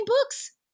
books